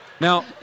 Now